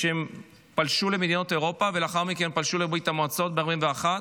כשהם פלשו למדינות אירופה ולאחר מכן פלשו לברית המועצות ב-1941,